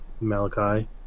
Malachi